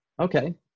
okay